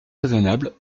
raisonnable